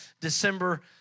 December